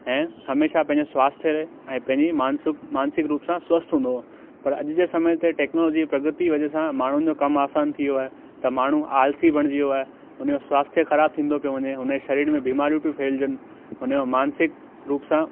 ऐं हमेशह पंहिंजे स्वास्थ्य पंहिंजे मानसुक मानसिक रूप सां स्वस्थ्य हूंदो हुओ पर अॼु जे समय ते टेक्नोलॉजी प्रगति वजह सां माण्हुनि जो कमु आसानु थी वियो आहे त माण्हू आलसी बणिजी वियो आहे हुनजो स्वास्थ्य ख़राबु थींदो पियो वञे हुनजे सरीर में बीमारियूं पेई फहिलजनि हुन जो मानसिक रूप सां